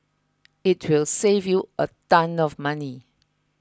it will save you a ton of money